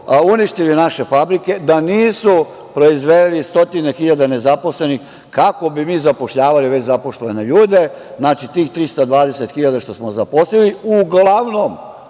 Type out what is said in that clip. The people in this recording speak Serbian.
uništili naše fabrike, da nisu proizveli stotine hiljada nezaposlenih, kako bi mi zapošljavali već zaposlene ljude? Znači, tih 320 hiljada što smo zaposlili uglavnom,